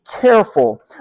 careful